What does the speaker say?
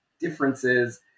differences